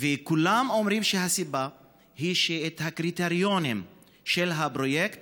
כולם אומרים שהסיבה היא שהקריטריונים של הפרויקט